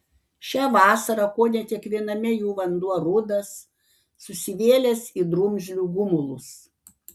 šią vasarą kone kiekviename jų vanduo rudas susivėlęs į drumzlių gumulus